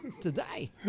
today